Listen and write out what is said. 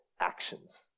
actions